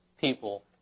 people